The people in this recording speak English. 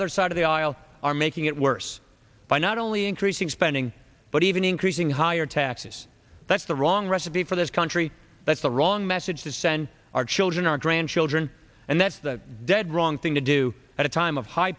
other side of the aisle are making it worse by not only increasing spending but even increasing higher taxes that's the wrong recipe for this country that's the wrong message to send our children our grandchildren and that's the dead wrong thing to do at a time of high